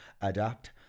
adapt